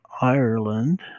Ireland